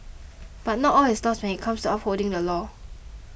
but not all is lost when it comes upholding the law